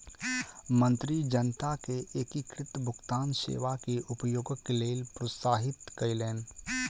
मंत्री जनता के एकीकृत भुगतान सेवा के उपयोगक लेल प्रोत्साहित कयलैन